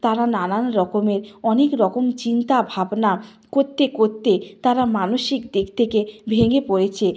তারা নানান রকমের অনেক রকম চিন্তাভাবনা করতে করতে তারা মানসিক দিক থেকে ভেঙে পড়েছে